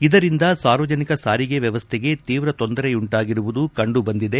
ಇದರಿಂದ ಸಾರ್ವಜನಿಕ ಸಾರಿಗೆ ವ್ಯವಸ್ಥೆಗೆ ತೀವ್ರ ತೊಂದರೆಯುಂಟಾಗಿರುವುದು ಕಂಡುಬಂದಿದೆ